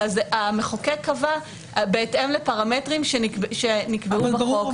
אלא המחוקק קבע בהתאם לפרמטרים שנקבעו בחוק.